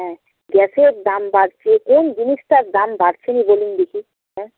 হ্যাঁ গ্যাসের দাম বাড়ছে কোন জিনিসটার দাম বাড়ছে নি বলুন দেখি হ্যাঁ